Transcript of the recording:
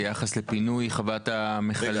ביחס לפינוי של חברת המכלים,